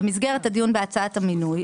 במסגרת הדיון בהצעת המינוי,